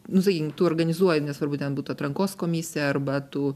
nu sakykim tu organizuoji nesvarbu ten būtų atrankos komisija arba tu